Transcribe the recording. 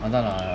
அதானா:adhana